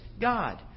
God